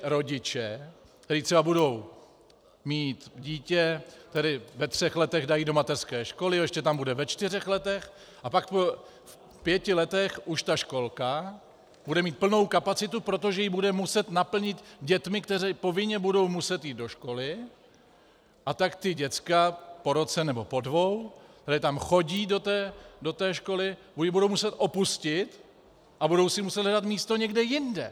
Rodiče, kteří třeba budou mít dítě, tedy ve třech letech dají do mateřské školy, ještě tam bude ve čtyřech letech, a v pěti letech už ta školka bude mít plnou kapacitu, protože ji bude muset naplnit dětmi, které povinně budou muset jít do školy, a tak ta děcka po roce nebo po dvou, které chodí do školy, budou ji muset opustit a budou si muset hledat místo někde jinde.